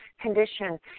condition